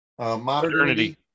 Modernity